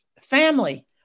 family